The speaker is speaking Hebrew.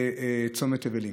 בצומת אבליים.